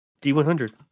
D100